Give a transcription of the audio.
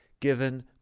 given